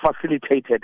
facilitated